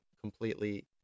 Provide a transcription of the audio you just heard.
completely